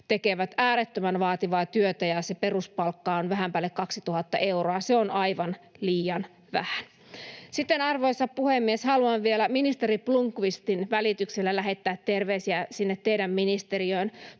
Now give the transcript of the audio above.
tekevät äärettömän vaativaa työtä, ja se peruspalkka on vähän päälle 2 000 euroa — se on aivan liian vähän. Sitten, arvoisa puhemies, haluan vielä ministeri Blomqvistin välityksellä lähettää terveisiä sinne teidän ministeriöönne.